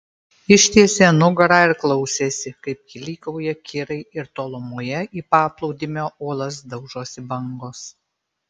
ištiesė nugarą ir klausėsi kaip klykauja kirai ir tolumoje į paplūdimio uolas daužosi bangos